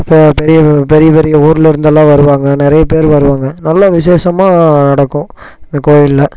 அப்போ பெரிய பெரிய பெரிய ஊரில் இருந்தெல்லாம் வருவாங்க நிறையா பேர் வருவாங்க நல்லா விஷேஷமாக நடக்கும் அந்த கோவில்ல